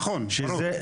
נכון, ברור.